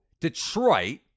Detroit